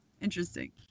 Interesting